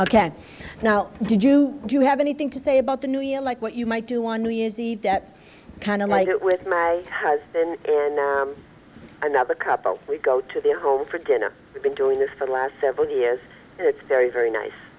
ok now did you do you have anything to say about the new year like what you might do on new year's eve that kind of like it with my husband and another couple we go to the whole for dinner been doing this for the last several years it's very very nice